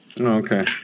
Okay